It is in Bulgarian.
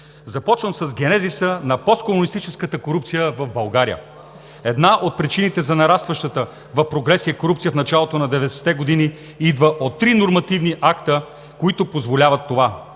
Започвам с генезиса на посткомунистическата корупция в България. Една от причините за нарастващата в прогресия корупция в началото на 90-те години идва от три нормативни акта, които позволяват това.